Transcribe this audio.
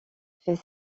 fait